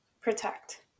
protect